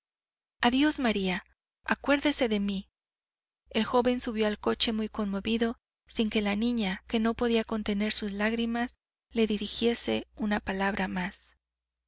adiós maría acuérdese de mí el joven subió al coche muy conmovido sin que la niña que no podía contener sus lágrimas le dirigiesen una palabra más